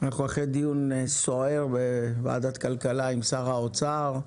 אנחנו אחרי דיון סוער בוועדת הכלכלה עם שר האוצר,